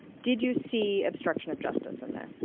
did you see obstruction of justice in there?